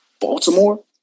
Baltimore